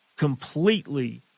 completely